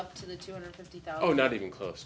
up to the two hundred fifty thousand not even close